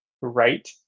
right